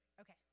Okay